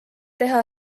teha